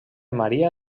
maria